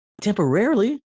Temporarily